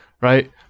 right